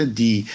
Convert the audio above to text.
die